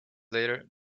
later